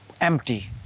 empty